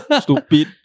stupid